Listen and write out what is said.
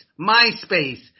MySpace